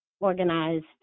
organized